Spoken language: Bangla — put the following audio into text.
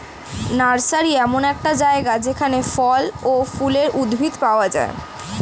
নার্সারি এমন একটি জায়গা যেখানে ফল ও ফুলের উদ্ভিদ পাওয়া যায়